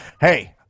Hey